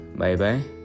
Bye-bye